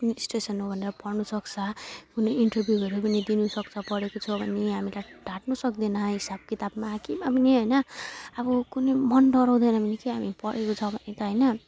कुन स्टेसन हो भनेर पढ्नु सक्छ कुनै इन्टरभ्युहरू पनि दिनु सक्छ पढेको छ भने हामीलाई ढाट्नु सक्दैन हिसाब किताबमा केहीमा पनि होइन अब कुनै मन डराउँदैन भने के हामी पढेको छ भने त होइन